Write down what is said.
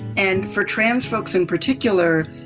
and for trans folks in particular,